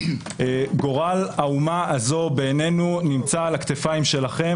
גורל האומה הזו בעינינו נמצא על כתפיכם,